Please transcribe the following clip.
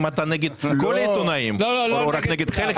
אתה נגד כל העיתונאים או רק נגד חלק מהעיתונאים.